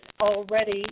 already